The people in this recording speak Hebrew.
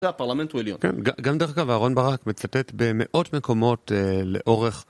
הפרלמנט הוא עליון. גם דרך אגב, אהרן ברק מצטט במאות מקומות לאורך...